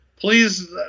Please